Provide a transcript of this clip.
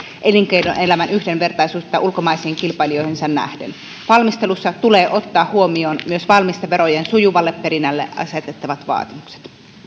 elinkeinoelämän yhdenvertaisuutta ulkomaisiin kilpailijoihinsa nähden valmistelussa tulee ottaa huomioon myös valmisteverojen sujuvalle perinnälle asetettavat vaatimukset